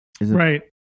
Right